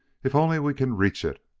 if only we can reach it.